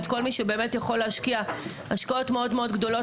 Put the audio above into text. את כל מי שיכול להשקיע השקעות מאוד גדולות.